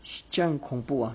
这样恐怖 ah